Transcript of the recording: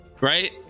Right